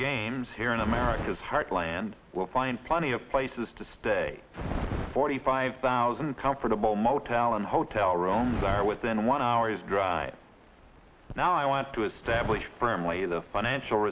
games here in america's heartland will find plenty of places to stay forty five thousand comfortable motel and hotel rooms are within one hour's drive now i want to establish firmly the financial